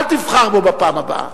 אל תבחר בו בפעם הבאה.